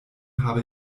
habe